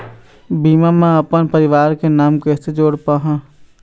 बीमा म अपन परवार के नाम कैसे जोड़ पाहां?